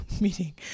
meeting